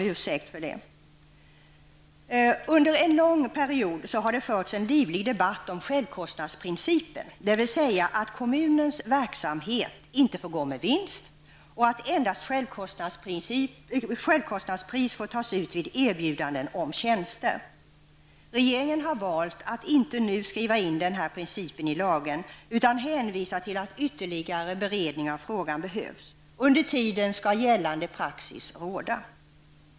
Under en lång period har det förts en livlig debatt om självkostnadsprincipen, dvs. att kommunens verksamhet inte får gå med vinst och att endast självkostnadspris får tas ut vid erbjudanden om tjänster. Regeringen har valt att inte nu skriva in denna princip i lagen, utan man hänvisar till att ytterligare beredning av frågan behövs. Under tiden skall rådande praxis gälla.